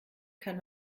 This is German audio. kann